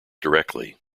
directly